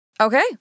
Okay